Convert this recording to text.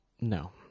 No